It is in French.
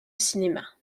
cinéma